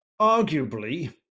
Arguably